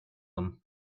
him